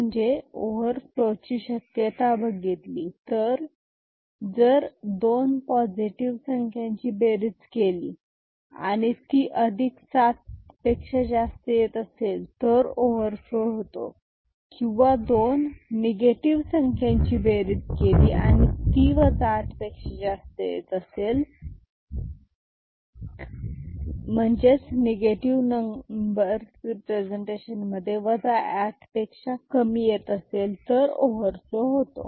म्हणजे ओव्हरफ्लो ची शक्यता बघितली तर जर दोन पॉझिटिव्ह संख्या ची बेरीज केली आणि ती अधिक सात पेक्षा जास्त येत असेल तर ओव्हरफ्लो होतो किंवा दोन निघतील संख्यांची बेरीज केली आणि ती 8 पेक्षा जास्त येत असेल म्हणजे निगेटिव्ह नंबर रेप्रेसेंटेशन मध्ये 8 पेक्षा कमी येत असेल तर ओव्हरफ्लो होतो